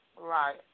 Right